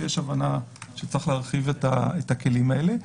ויש הבנה שצריך להרחיב את הכלים האלה.